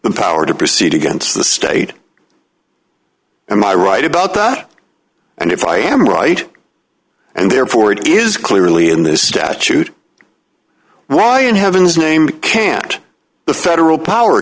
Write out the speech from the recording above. the power to proceed against the state am i right about that and if i am right and therefore it is clearly in this statute why in heaven's name can't the federal power